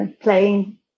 playing